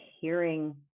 hearing